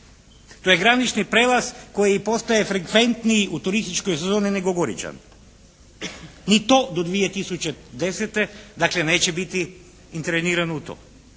To je granični prijelaz koji postaje frekventniji u turističkoj sezoni nego Goričan. Ni to do 2010. dakle neće biti intervenirano u to,